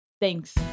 Thanks